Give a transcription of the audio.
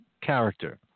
character